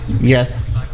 Yes